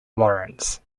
lawrence